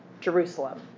Jerusalem